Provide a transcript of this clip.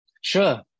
Sure